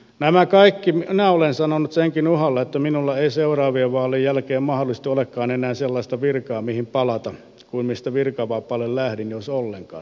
nämä kaikki minä olen sanonut senkin uhalla että minulla ei seuraavien vaalien jälkeen mahdollisesti olekaan enää sellaista virkaa mihin palata mistä virkavapaalle lähdin jos ollenkaan